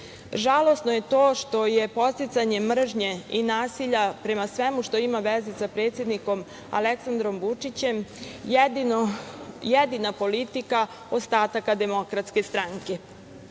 Žalosno je to što je podsticanje mržnje i nasilja prema svemu što ima veze sa predsednikom Aleksandrom Vučićem jedina politika ostataka DS. Niti će srpski